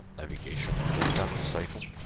navigation data cycle.